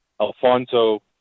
Alfonso